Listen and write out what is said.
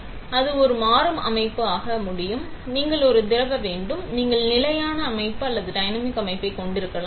எனவே அது இருக்க முடியும் அது ஒரு மாறும் அமைப்பு ஆக முடியும் நீங்கள் ஒரு திரவ வேண்டும் நீங்கள் நிலையான அமைப்பு அல்லது டைனமிக் அமைப்பைக் கொண்டிருக்கலாம்